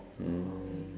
oh